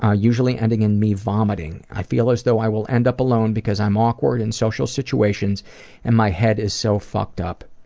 ah usually ending in me vomiting. i feel as though i will end up alone because i am awkward in social situations and my head is so fucked-up.